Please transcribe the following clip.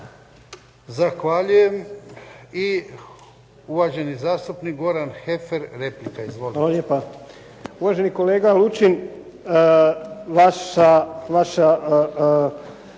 Zahvaljujem. I uvaženi zastupnik Goran Heffer, replika. Izvolite.